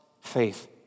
faith